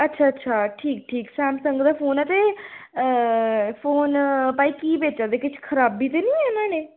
अच्छा अच्छा ठीक ठीक सैमसंग दा फोन ऐ ते फोन भाई की बेचा दे किश खराबी ते निं ऐ न्हाड़े च